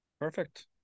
Perfect